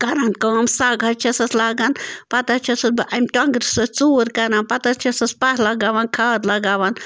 کَران کٲم سَگ حظ چھَسَس لاگان پتہٕ چھَسَس بہٕ اَمہِ ٹۄنٛگرِ سۭتۍ ژوٗر کَران پتہٕ حظ چھَسَس پَہہ لَگاوان کھاد لَگاوان